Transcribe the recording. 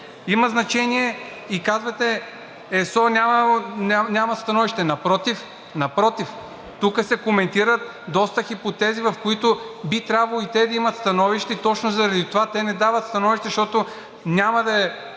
Има значение и казвате: ЕСО няма становище. Напротив, напротив, тука се коментират доста хипотези, в които би трябвало и те да имат становище и точно заради това те не дават становище, защото няма да е